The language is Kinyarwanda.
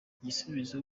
igisubizo